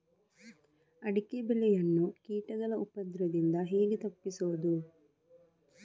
ಅಡಿಕೆ ಬೆಳೆಯನ್ನು ಕೀಟಗಳ ಉಪದ್ರದಿಂದ ಹೇಗೆ ತಪ್ಪಿಸೋದು?